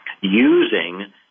using